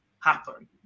happen